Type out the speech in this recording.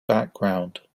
background